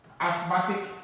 asthmatic